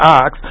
ox